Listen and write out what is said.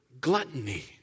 gluttony